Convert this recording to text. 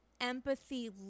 empathy